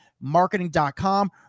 marketing.com